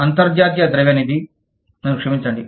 అంతర్జాతీయ ద్రవ్య నిధి నన్ను క్షమించండి